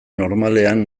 normalean